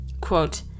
Quote